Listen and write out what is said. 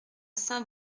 saint